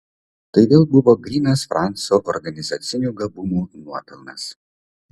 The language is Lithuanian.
tai vėl buvo grynas franco organizacinių gabumų nuopelnas